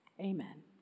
Amen